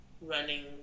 running